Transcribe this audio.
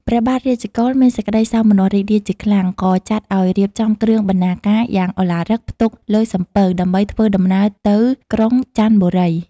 ព្រះបាទរាជកុល មានសេចក្ដីសោមនស្សរីករាយជាខ្លាំង ក៏ចាត់ឲ្យរៀបចំគ្រឿងបណ្ណាការយ៉ាងឧឡារិកផ្ទុកលើសំពៅ ដើម្បីធ្វើដំណើរទៅក្រុងចន្ទបុរី។